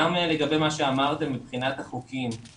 לגבי החוקים עליהם דיברתם.